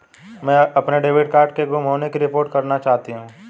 मैं अपने debit card के गुम होने की रिपोर्ट करना चाहती हूँ